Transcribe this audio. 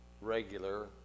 regular